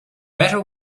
better